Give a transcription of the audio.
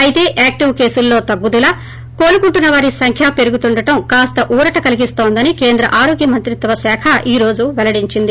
అయితే యాక్లివ్ కేసుల్లో తగ్గుదల కోలుకుంటున్నవారి సంఖ్య పెరుగుతుండటం కాస్త ఊరట కలిగిస్తోందని కేంద్ర ఆరోగ్య మంత్రిత్వ శాఖ ఈ రోజు పెల్లడించింది